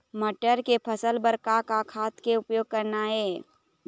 मटर के फसल बर का का खाद के उपयोग करना ये?